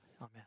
Amen